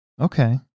okay